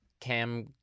Cam